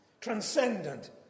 Transcendent